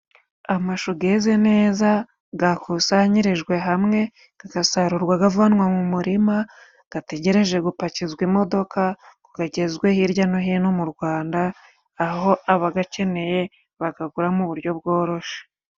Amashu yeze neza, yakusanyirijwe hamwe agasarurwa avanwa mu murima, ategereje gupakizwa imodoka ngo agezwe hirya no hino mu Rwanda, aho abayakeneye bayagura mu buryo bworoshye.